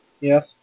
Yes